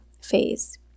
phase